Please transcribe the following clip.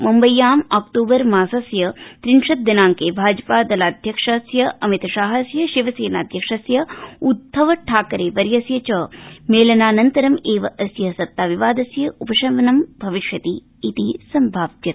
मुम्बय्याम् October मासस्य त्रिंशद् दिनाइके भाजपा दलाध्यक्ष्स्य अमितशाहस्य शिवसेनाध्यक्षस्य उद्धव ठाकरे वर्यस्य च मेलनानन्तरम् एव अस्य सत्ताविवादस्य उपशमनं भविष्यतीति संभाव्यते